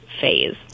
phase